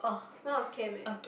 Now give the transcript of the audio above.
mine was chem eh